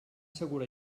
segura